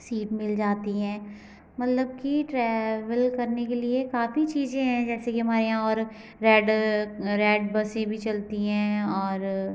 seat मिल जाती है मतलब कि ट्रेवल करने के लिए काफ़ी चीज़ें हैं जैसे कि हमारे यहाँ और रेड रेड बसें भी चलती है और